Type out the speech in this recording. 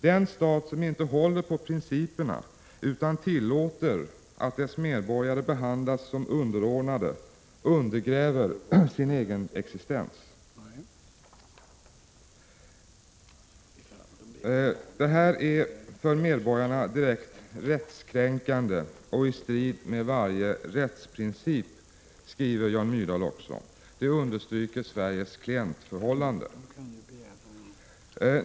Den stat som inte håller på principerna utan tillåter att dess medborgare behandlas som underordnade undergräver sin egen existens.” Detta är för medborgarna direkt rättskränkande och i strid med varje rättsprincip, skriver Jan Myrdal också. Det understryker Sveriges klientförhållande.